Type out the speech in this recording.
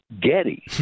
Getty